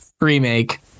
remake